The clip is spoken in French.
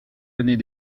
années